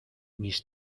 mis